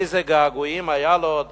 איזה געגועים היו לו עוד